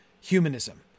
humanism